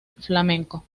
flamenco